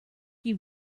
you